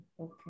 okay